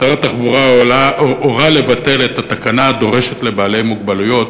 שר התחבורה הורה לבטל את התקנה הדורשת מבעלי מוגבלויות